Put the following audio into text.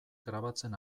grabatzen